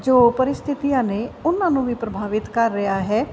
ਜੋ ਪਰਿਸਥਿਤੀਆਂ ਨੇ ਉਹਨਾਂ ਨੂੰ ਵੀ ਪ੍ਰਭਾਵਿਤ ਕਰ ਰਿਹਾ ਹੈ